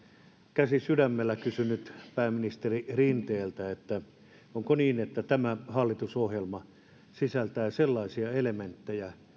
käsi sydämellä kysyn nyt pääministeri rinteeltä onko niin että tämä hallitusohjelma sisältää sellaisia elementtejä